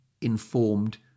informed